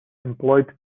employed